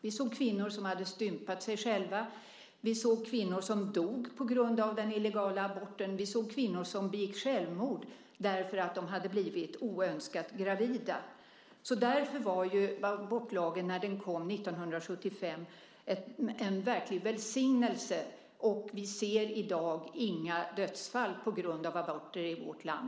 Vi såg kvinnor som hade stympat sig själva, vi såg kvinnor som dog på grund av den illegala aborten och vi såg kvinnor som begick självmord därför att de hade blivit oönskat gravida. Därför var abortlagen, när den kom 1975, en verklig välsignelse. I dag ser vi inga dödsfall på grund av aborter i vårt land.